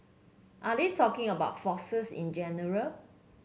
are they talking about foxes in general